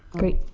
great?